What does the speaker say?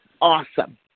awesome